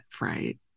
right